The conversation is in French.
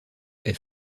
est